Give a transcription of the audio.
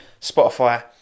Spotify